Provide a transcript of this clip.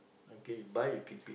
okay you buy you keep it